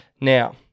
Now